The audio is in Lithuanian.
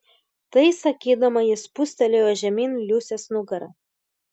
tai sakydama ji spustelėjo žemyn liusės nugarą